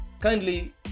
kindly